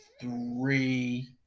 three